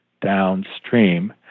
downstream